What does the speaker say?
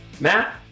Matt